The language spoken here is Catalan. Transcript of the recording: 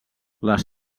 les